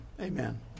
amen